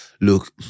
look